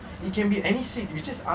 ya